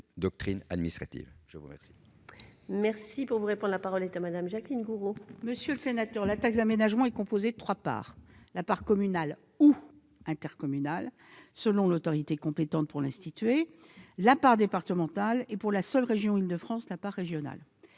doctrine administrative. La parole est à Mme la ministre. Monsieur le sénateur, la taxe d'aménagement est composée de trois parts : la part communale ou intercommunale, selon l'autorité compétente pour l'instituer, la part départementale et, pour la seule région Île-de-France, la part régionale.